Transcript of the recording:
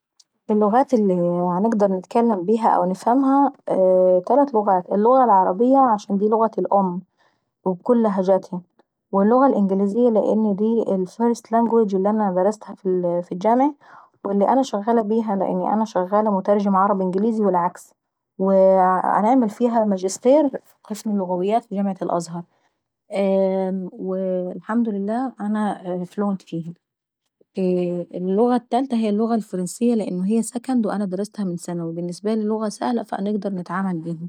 اللغات اللي عنقدر نتكلم بيها او نفهمها تلات لغات: اللغة العربية عشان دي لغتي الأم وباتكلمها بكل لهجاتها. واللغة الإنجليزية لان دي الفرست لانجويج اللي درستها في الكلية ولاني انا شغالة بيها ولان انا شغالة مترجمة عرب انجليزي والعكس، وباعمل فيها ماجستير في قسم اللغويات في جماعة الأوهر والحمد لله انا فلوينت فيهي. واللغة التالية هي اللغة الفرنسيةانه هي سكند وعندرسها من ثانوي ولان هي ساهلة انا باتعامل بيهي.